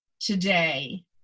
today